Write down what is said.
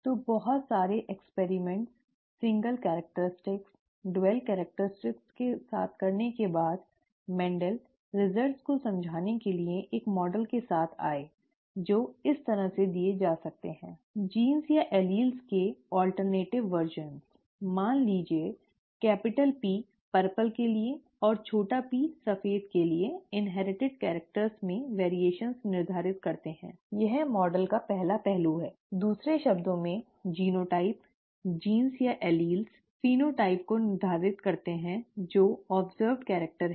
तो बहुत सारे प्रयोगों सिंगल विशेषताओं दोहरी विशेषताओं के साथ करने के बाद मेंडल परिणामों को समझाने के लिए एक मॉडल के साथ आया जो इस तरह दिए जा सकते हैं जीन या एलील्स के वैकल्पिक संस्करण मान लीजिए कैपिटल P पर्पल के लिए और छोटा p सफेद के लिए इन्हेरटिड कैरिक्टर में भिन्नता निर्धारित करते हैं यह मॉडल का पहला पहलू है दूसरे शब्दों में जीनोटाइप जीन या एलील फेनोटाइप को निर्धारित करते हैं जो अब्ज़र्व्ड कैरिक्टर है